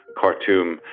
Khartoum